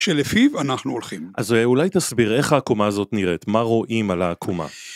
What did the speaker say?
שלפיו אנחנו הולכים. אז, אה, אולי תסביר איך העקומה הזאת נראית, מה רואים על העקומה?